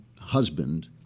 husband